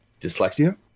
dyslexia